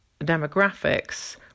demographics